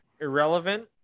irrelevant